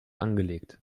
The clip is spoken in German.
angelegt